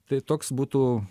tai toks būtų